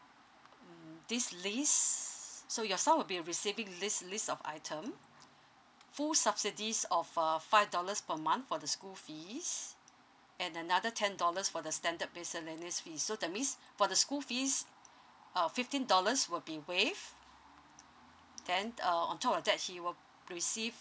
mm this list so your son would be receiving list list of item full subsidies of uh five dollars per month for the school fees and another ten dollars for the standard miscellaneous fees so that means for the school fees uh fifteen dollars will be waived then uh on top of that he will receive